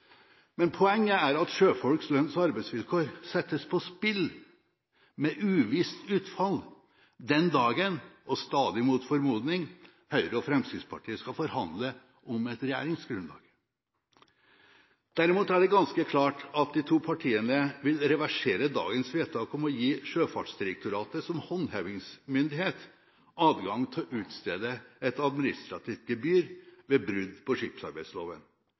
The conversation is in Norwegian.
Men poenget er at sjøfolks lønns- og arbeidsvilkår settes på spill med uvisst utfall den dagen – og stadig mot formodning – Høyre og Fremskrittspartiet skal forhandle om et regjeringsgrunnlag. Derimot er det ganske klart at de to partiene vil reversere dagens vedtak om å gi Sjøfartsdirektoratet som håndhevingsmyndighet adgang til å utstede et administrativt gebyr ved brudd på skipsarbeidsloven.